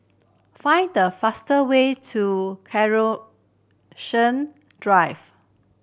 find the fast way to Drive